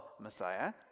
Messiah